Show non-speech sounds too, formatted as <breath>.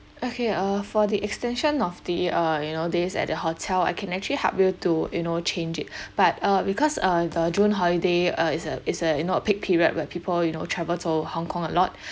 okay uh for the extension of the uh you know days at the hotel I can actually help you to you know change it <breath> but uh because uh the june holiday uh is a is a you know a peak period where people you know travel to hong kong a lot <breath>